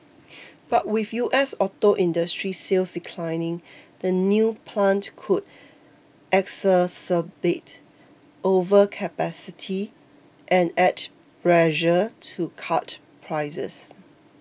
but with U S auto industry sales declining the new plant could exacerbate overcapacity and add pressure to cut prices